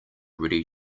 ready